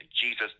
Jesus